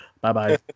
Bye-bye